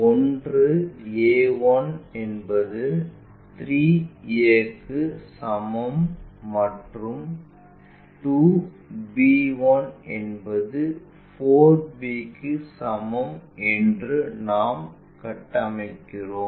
1 a1 என்பது 3a க்கு சமம் மற்றும் 2 b1 என்பது 4b க்கு சமம் என்று நாம் கட்டமைக்கிறோம்